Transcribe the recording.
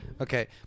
Okay